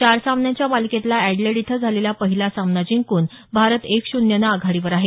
चार सामन्यांच्या मालिकेतला अॅडलेड इथं झालेला पहिला सामना जिंकून भारत एक शून्यनं आघाडीवर आहे